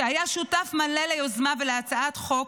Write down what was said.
שהיה שותף מלא ליוזמה ולהצעת החוק,